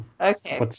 Okay